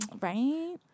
right